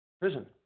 prison